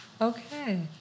Okay